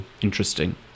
interesting